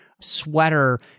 sweater